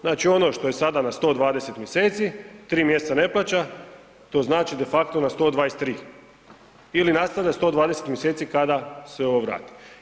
Znači ono što je sada na 120 mjeseci, tri mjeseca ne plaća, to znači de facto na 123 ili nastavlja 120 mjeseci kada se ovo vrati.